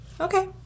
okay